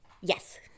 yes